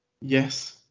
Yes